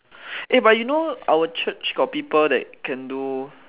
eh but you know our church got people that can do